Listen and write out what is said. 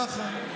ככה.